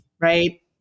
right